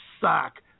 suck